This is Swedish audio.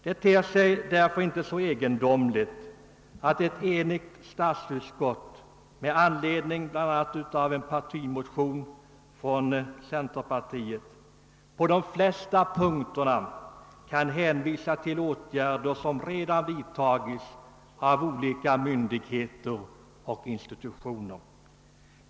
Det ter sig därför inte egendomligt att ett enigt statsutskott med anledning av bl.a. en partimotion från centerpartiet på de flesta punkter kan hänvisa till åtgärder som redan har vidtagits av olika myndigheter och institutioner.